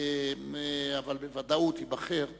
אבל ייבחר בוודאות.